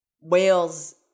whales